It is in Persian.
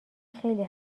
خیلی